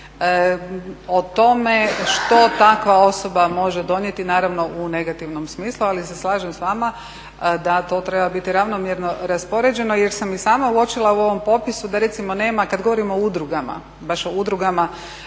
o tome što takva osoba može donijeti naravno u negativnom smislu. Ali se slažem s vama da to treba biti ravnomjerno raspoređeno jer sam i sama uočila u ovom popisu da recimo nema kad govorimo o udrugama, baš o udrugama